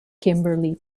kimberly